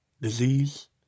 disease